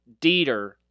Dieter